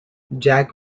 jack